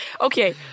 Okay